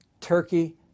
Turkey